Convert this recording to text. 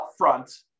upfront